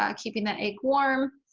um keeping that egg warm.